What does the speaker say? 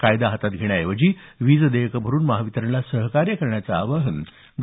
कायदा हातात घेण्याऐवजी वीज देयकं भरून महावितरणला सहकार्य करण्याचं आवाहन डॉ